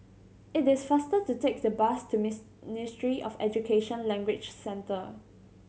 it is faster to take the bus to of Education Language Centre